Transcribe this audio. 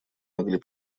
могли